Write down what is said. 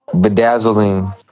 bedazzling